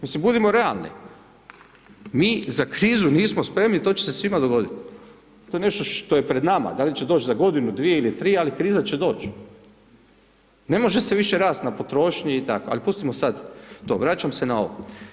Mislim, budimo realni, mi za krizu nismo spremni, to će se svima dogodit, to je nešto što je pred nama, da li će doć za godinu, dvije ili tri, ali kriza će doć, ne može se više rast na potrošnji i tako, ali pustimo sad to, vraćam se na ovo.